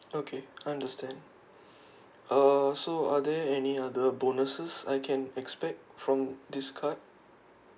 okay understand uh so are there any other bonuses I can expect from this card